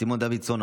סימון דוידסון,